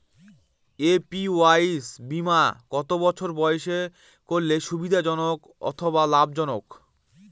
APY বীমা কত বছর বয়সে করলে সুবিধা জনক অথবা লাভজনক?